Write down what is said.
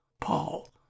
Paul